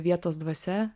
vietos dvasia